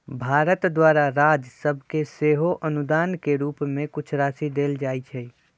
भारत द्वारा राज सभके सेहो अनुदान के रूप में कुछ राशि देल जाइ छइ